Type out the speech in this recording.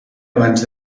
abans